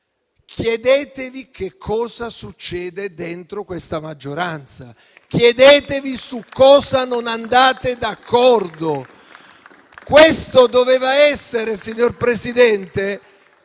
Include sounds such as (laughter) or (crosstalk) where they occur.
chiedetevi che cosa succede dentro questa maggioranza. Chiedetevi su cosa non andate d'accordo. (applause) Signor Presidente,